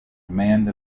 command